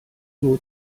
nur